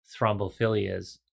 thrombophilias